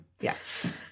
Yes